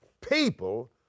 people